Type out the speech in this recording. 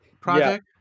project